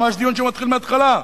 ממש דיון שמתחיל מהתחלה.